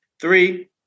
three